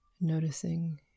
Noticing